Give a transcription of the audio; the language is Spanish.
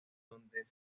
donde